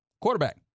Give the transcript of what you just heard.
Quarterback